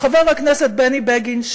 חבר הכנסת בני בגין,